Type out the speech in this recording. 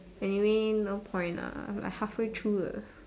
anyway no point lah like half way through 了